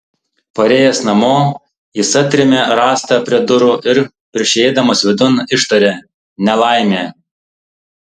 parėjęs namo jis atrėmė rąstą prie durų ir prieš įeidamas vidun ištarė nelaimė